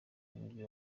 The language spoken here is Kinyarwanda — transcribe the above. w’umujyi